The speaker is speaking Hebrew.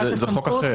אבל זה חוק אחר.